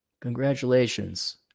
Congratulations